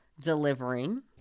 delivering